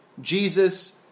Jesus